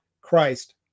Christ